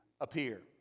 appear